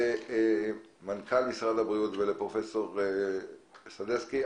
למנכ"ל משרד הבריאות ולפרופ' סדצקי.